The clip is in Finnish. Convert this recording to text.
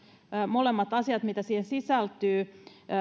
molemmat asiat mitkä siihen sisältyvät